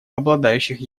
обладающих